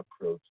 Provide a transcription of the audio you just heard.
approach